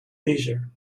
leisure